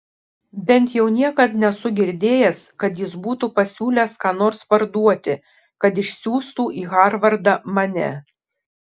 bent jau niekad nesu girdėjęs kad jis būtų pasiūlęs ką nors parduoti kad išsiųstų į harvardą mane